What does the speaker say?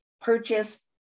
purchase